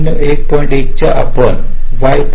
1 या आपण या y पाहू